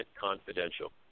confidential